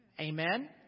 Amen